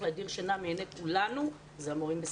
להדיר שינה מעיני כולנו אלה המורים בסיכון.